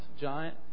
giant